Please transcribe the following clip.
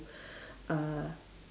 uh